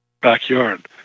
backyard